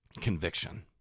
Conviction